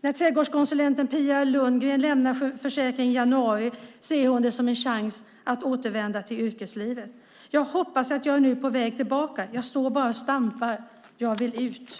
När trädgårdskonsulenten Pia Lundgren i januari lämnar sjukförsäkringen ser hon det som en chans att återvända till yrkeslivet. Hon säger: Jag hoppas att jag nu är på väg tillbaka. Jag står bara och stampar. Jag vill ut.